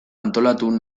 antolatu